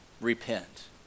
repent